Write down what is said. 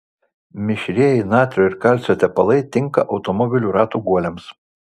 mišrieji natrio ir kalcio tepalai tinka automobilių ratų guoliams